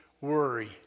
worry